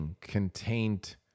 contained